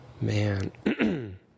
Man